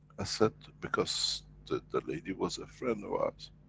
i said because, the the lady was a friend of ours,